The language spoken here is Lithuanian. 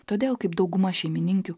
todėl kaip dauguma šeimininkių